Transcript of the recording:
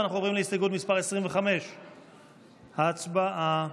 אנחנו עוברים להסתייגות מס' 25. הצבעה.